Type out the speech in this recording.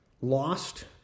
lost